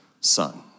son